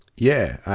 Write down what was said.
yeah.